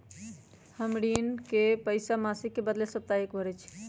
हम अपन ऋण के पइसा मासिक के बदले साप्ताहिके भरई छी